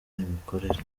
imikorere